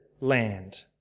land